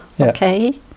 Okay